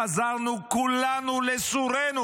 חזרנו כולנו לסורנו.